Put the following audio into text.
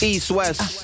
East-West